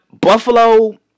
Buffalo